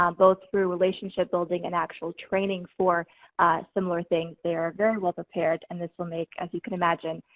um both through relationship building and actual training for similar things. they are very well prepared and this will make, as you can imagine,